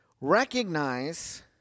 Recognize